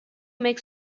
make